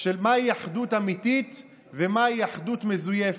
של מהי אחדות אמיתית ומהי אחדות מזויפת,